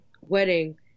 wedding